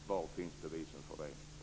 Var finns bevisen för det?